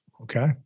Okay